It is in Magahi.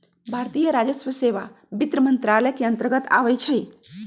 भारतीय राजस्व सेवा वित्त मंत्रालय के अंतर्गत आबइ छै